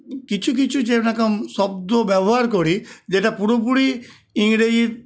কিছু কিছু যেরকম শব্দ ব্যবহার করি যেটা পুরোপুরি ইংরেজি